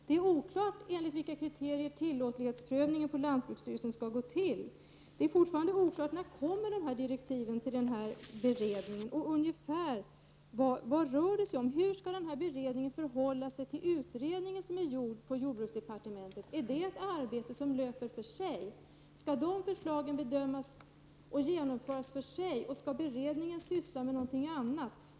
Det är oklart enligt vilka kriterier tillåtlighetsprövning på lantbruksstyrelsen skall gå till, och det är fortfarande oklart när direktiven till denna beredning skall komma. Och hur skall denna beredning förhålla sig till den utredning som är gjord på jordbruksdepartementet? Är det ett arbete som löper för sig? Skall dessa förslag bedömas och genomföras för sig, och skall beredningen syssla med något annat?